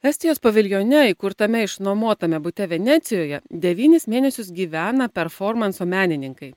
estijos paviljone įkurtame išnuomotame bute venecijoje devynis mėnesius gyvena performanso menininkai